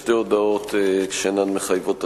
שתי הודעות שאינן מחייבות הצבעה.